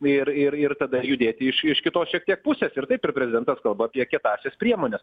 ir ir ir tada judėti iš iš kitos šiek tiek pusės ir taip ir prezidentas kalba apie kietąsias priemones